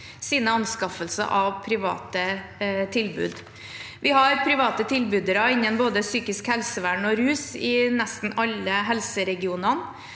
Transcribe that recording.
sin anskaffelse av private tilbud. Vi har private tilbydere innen både psykisk helsevern og rus i nesten alle helseregionene.